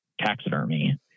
taxidermy